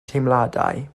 teimladau